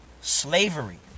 Slavery